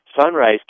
Sunrise